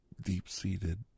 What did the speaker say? deep-seated